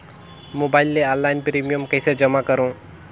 Mobile ले online premium कइसे जमा करों?